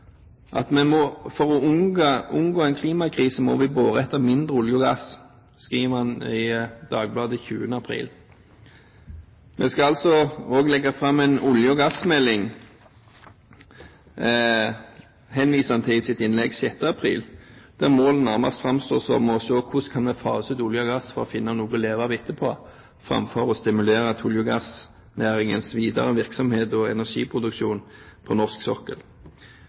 at vi skal kaste «oljesløret». «For å unngå klimakrise, må vi bore etter mindre olje og gass», skriver han i Dagbladet 20. april. Vi skal altså også legge fram en olje- og gassmelding, henviser han til i sitt innlegg 6. april, der målet nærmest framstår som å se på hvordan vi kan fase ut olje og gass for å finne noe å leve av etterpå, framfor å stimulere til olje- og gassnæringens videre virksomhet og energiproduksjon på norsk sokkel.